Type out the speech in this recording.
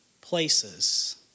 places